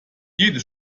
jede